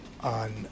on